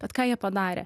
vat ką jie padarė